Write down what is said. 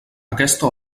aquesta